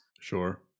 sure